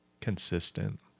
consistent